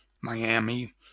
Miami